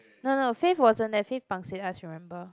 no no Faith wasn't there Faith pangseh us remember